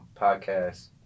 podcast